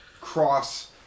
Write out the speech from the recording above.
cross